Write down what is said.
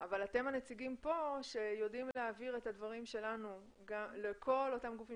אבל אתם הנציגים כאן שיודעים להעביר את הדברים שלנו לכל אותם גופים